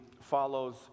follows